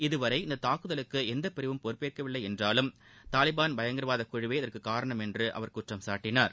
இதவரை இந்த தாக்குதலுக்கு எந்தப்பிரிவும் பொறுப்பு ஏற்கவில்லை என்றாலும் தாலிபன் பயங்கரவாத குழுவே இதற்கு காரணம் என்று அவர் குற்றம் சாட்டினார்